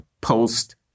post